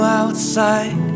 outside